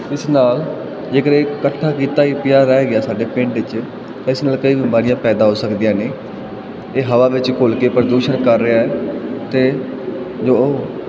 ਇਸ ਨਾਲ ਜੇਕਰ ਇਹ ਇਕੱਠਾ ਕੀਤਾ ਹੀ ਪਿਆ ਰਹਿ ਗਿਆ ਸਾਡੇ ਪਿੰਡ 'ਚ ਇਸ ਨਾਲ ਕਈ ਬਿਮਾਰੀਆਂ ਪੈਦਾ ਹੋ ਸਕਦੀਆਂ ਨੇ ਇਹ ਹਵਾ ਵਿੱਚ ਘੁਲ ਕੇ ਪ੍ਰਦੂਸ਼ਣ ਕਰ ਰਿਹਾ ਹੈ ਅਤੇ ਜੋ ਉਹ